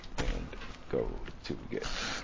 and go to get